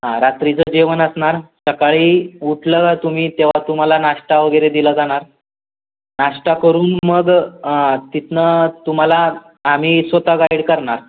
हां रात्रीचं जेवण असणार सकाळी उठलं तुम्ही तेव्हा तुम्हाला नाश्ता वगैरे दिलं जाणार नाश्ता करून मग तिथनं तुम्हाला आम्ही स्वतः गाईड करणार